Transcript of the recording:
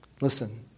Listen